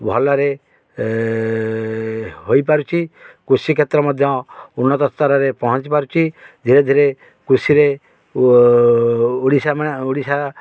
ଭଲରେ ହୋଇପାରୁଛି କୃଷିକ୍ଷେତ୍ର ମଧ୍ୟ ଉନ୍ନତ ସ୍ତରରେ ପହଞ୍ଚି ପାରୁଛି ଧୀରେ ଧୀରେ କୃଷିରେ ଓଡ଼ିଶା ମାନେ ଓଡ଼ିଶା